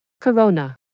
Corona